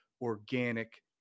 organic